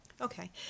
okay